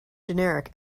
generic